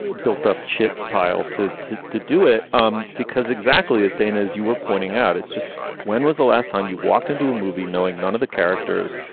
ah built up shitpile to to do it, um because exactly as danas you were pointing out, it's just when was the last time you walked into a movie knowing none of the characters,